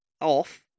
off